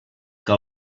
que